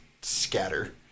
scatter